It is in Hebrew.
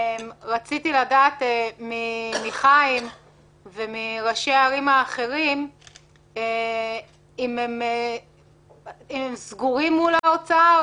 רציתי לדעת מחיים ביבס ומראשי הערים האחרים אם הם "סגורים" מול האוצר,